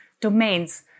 domains